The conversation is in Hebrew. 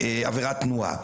בעבירת תנועה.